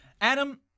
Adam